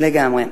לגמרי.